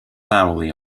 hourly